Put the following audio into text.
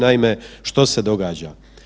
Naime, što se događa?